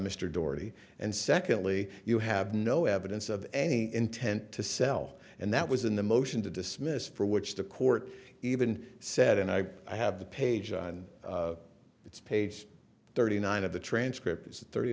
mr doherty and secondly you have no evidence of any intent to sell and that was in the motion to dismiss for which the court even said and i have the page on it's page thirty nine of the transcript is thirty